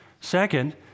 Second